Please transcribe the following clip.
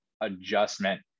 adjustment